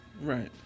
right